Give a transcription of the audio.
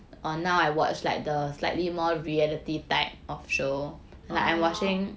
oh